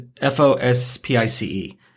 F-O-S-P-I-C-E